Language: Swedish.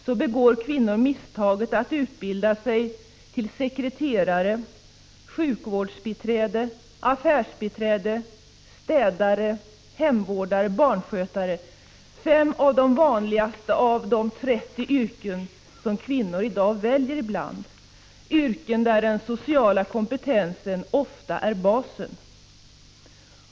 Så begår kvinnor misstaget att utbilda sig till sekreterare, sjukvårdsbiträde, affärsbiträde, städare, hemvårdare, barnskötare — fem av de vanligaste av de trettio yrken som kvinnor i dag väljer bland, yrken där den sociala kompetensen ofta är basen.